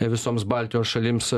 visoms baltijos šalims